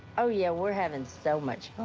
oh, yeah, we're having so much